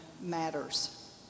matters